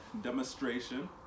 demonstration